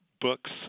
books